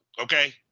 okay